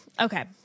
okay